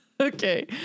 Okay